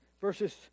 verses